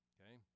Okay